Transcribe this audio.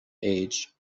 age